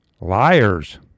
liars